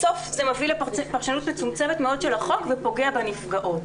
בסוף זה מביא לפרשנות מצומצמת מאוד של החוק ופוגע בנפגעות.